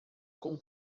com